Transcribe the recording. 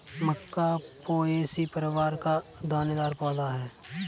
मक्का Poaceae परिवार का दानेदार पौधा है